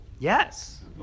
Yes